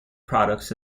products